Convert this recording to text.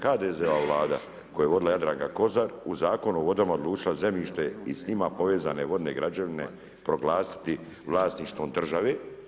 HDZ-ova vlada koju je vodila Jadranka Kosor u Zakonu o vodama odlučila zemljište i s njima povezane vodne građevine proglasiti vlasništvom države.